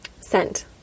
scent